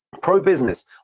pro-business